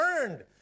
earned